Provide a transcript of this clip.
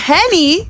Henny